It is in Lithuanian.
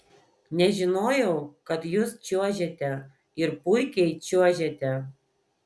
nežinojau kad jūs čiuožiate ir puikiai čiuožiate